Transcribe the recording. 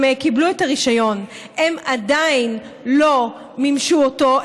קיבלו את הרישיון הם עדיין לא מימשו אותו,